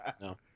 no